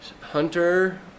Hunter